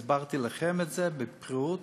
הסברתי לכם את זה בפירוט